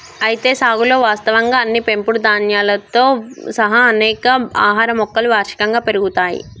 అయితే సాగులో వాస్తవంగా అన్ని పెంపుడు ధాన్యాలతో సహా అనేక ఆహార మొక్కలు వార్షికంగా పెరుగుతాయి